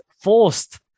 forced